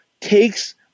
takes